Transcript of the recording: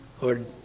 Lord